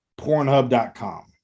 pornhub.com